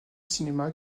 cinéma